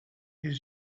his